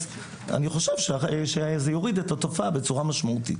אני חושב שזה יוריד את התופעה בצורה משמעותית,